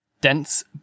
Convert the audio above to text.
Dense